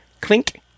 clink